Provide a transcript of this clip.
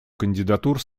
кандидатур